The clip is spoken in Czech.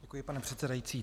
Děkuji, pane předsedající.